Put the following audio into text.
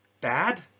bad